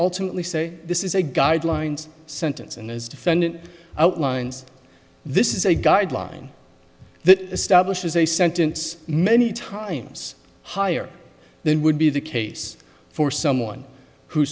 ultimately say this is a guidelines sentence and as defendant outlines this is a guideline that establishes a sentence many times higher than would be the case for someone who